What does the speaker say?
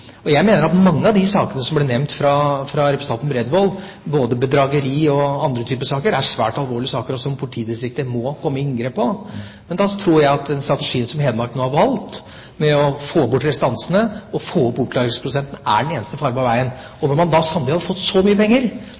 Jeg mener at mange av de sakene som representanten Bredvold nevnte, både bedrageri og andre typer saker, er svært alvorlige saker som politidistriktene må komme i inngrep på. Da tror jeg at den strategien som Hedmark nå har valgt for å få bort restansene og få opp oppklaringsprosenten, er den eneste farbare veien. Når man samtidig har fått så mye penger,